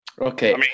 Okay